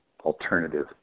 alternative